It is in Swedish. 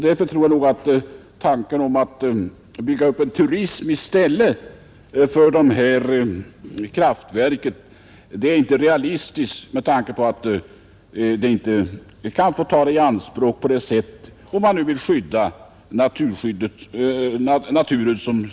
Därför tror jag att tanken på att bygga upp en turism i stället för kraftverket inte är realistisk, eftersom vi inte kan få ta området i anspråk på det sätt som sagts om man vill skydda naturen.